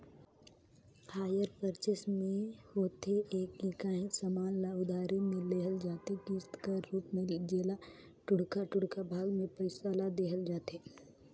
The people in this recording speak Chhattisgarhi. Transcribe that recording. हायर परचेस में होथे ए कि काहींच समान ल उधारी में लेहल जाथे किस्त कर रूप में जेला टुड़का टुड़का भाग में पइसा ल देहल जाथे